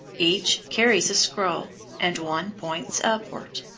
each carries a scroll, and one points upward.